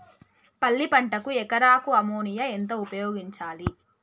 పల్లి పంటకు ఎకరాకు అమోనియా ఎంత ఉపయోగించాలి?